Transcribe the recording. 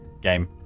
game